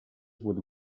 would